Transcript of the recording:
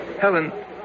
Helen